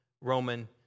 Roman